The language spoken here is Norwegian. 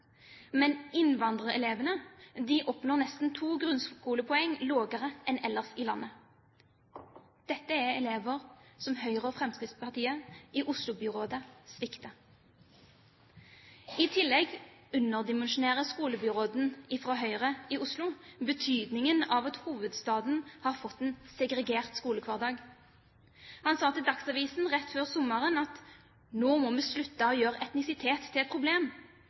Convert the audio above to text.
men innvandrerelevene oppnår nesten to grunnskolepoeng lavere enn ellers i landet. Dette er elever som Høyre og Fremskrittspartiet i Oslo-byrådet svikter. I tillegg underdimensjonerer skolebyråden fra Høyre i Oslo betydningen av at hovedstaden har fått en segregert skolehverdag. Han sa til Dagsavisen rett før sommeren at nå må vi slutte å gjøre etnisitet til et problem,